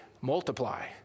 multiply